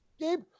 Gabe